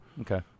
Okay